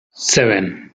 seven